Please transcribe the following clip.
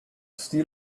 steel